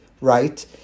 right